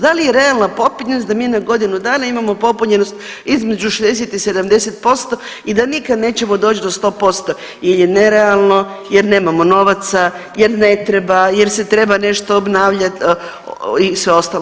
Da li je realna popunjenost da mi na godinu dana imamo popunjenost između 60 i 70% i da nikad nećemo doći do sto posto, jer je nerealno, jer nemamo novaca, jer ne treba, jer se treba nešto obnavljati i sve ostalo.